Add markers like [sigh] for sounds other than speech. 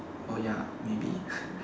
oh ya maybe [breath]